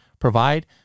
provide